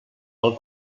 pel